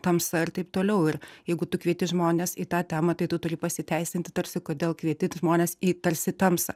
tamsa ir taip toliau ir jeigu tu kvieti žmones į tą temą tai tu turi pasiteisinti tarsi kodėl kvieti tu žmones į tarsi tamsą